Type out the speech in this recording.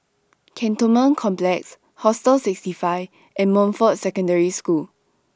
Cantonment Complex Hostel sixty five and Montfort Secondary School